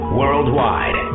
worldwide